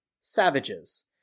savages